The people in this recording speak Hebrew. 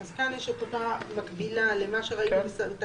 אז כאן יש את אותה מקבילה למה שראינו בתקנה